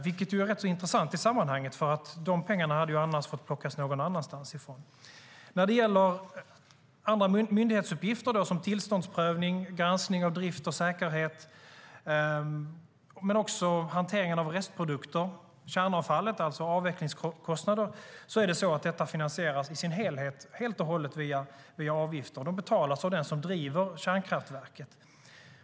Det är rätt intressant i sammanhanget, för de pengarna hade annars fått plockas någon annanstans ifrån. Andra myndighetsuppgifter som tillståndsprövning, granskning av drift och säkerhet och hanteringen av restprodukter, kärnavfallet alltså, avvecklingskostnader, finansieras i sin helhet helt och hållet via avgifter som betalas av den som driver kärnkraftverket.